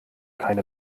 keine